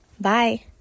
Bye